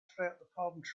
throughout